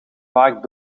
vaak